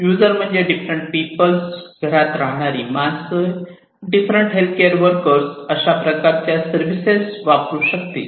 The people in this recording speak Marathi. यूजर म्हणजे डिफरंट पिपल घरात राहणारी माणसं डिफरंट हेल्थकेअर वर्कर्स अशा प्रकारच्या सर्विसेस वापरू शकतील